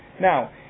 Now